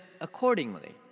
accordingly